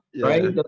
right